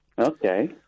Okay